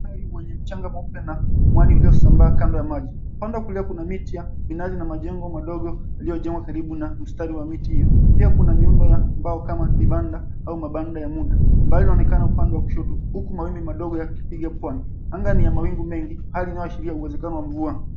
Bahari yenye mchanga mweupe na mwani uliosambaa kando ya maji. Upande wa kulia kuna miti ya minazi na majengo madogo yaliyojengwa karibu na mstari wa miti hiyo. Pia kuna miundo ya mbao kama vibanda au mabanda ya muda ambayo inaonekana upande wa kushoto huku mawimbi madogo yakipiga pwani. Anga ni ya mawingu mengi hali inayoashiria uwezekano wa mvua.